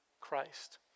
Christ